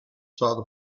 saw